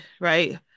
right